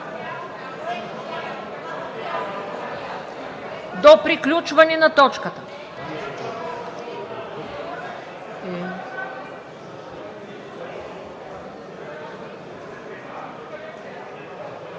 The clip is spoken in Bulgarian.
до приключване на точката.